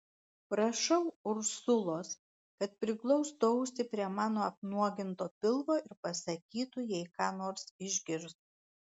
prašau ursulos kad priglaustų ausį prie mano apnuoginto pilvo ir pasakytų jei ką nors išgirs